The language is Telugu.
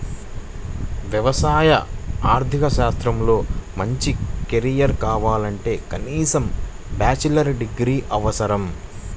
వ్యవసాయ ఆర్థిక శాస్త్రంలో మంచి కెరీర్ కావాలంటే కనీసం బ్యాచిలర్ డిగ్రీ అవసరం